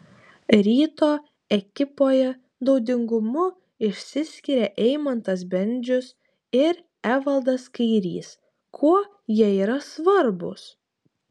ryto ekipoje naudingumu išsiskiria eimantas bendžius ir evaldas kairys kuo jie yra svarbūs